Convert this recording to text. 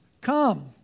come